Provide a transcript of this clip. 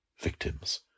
victims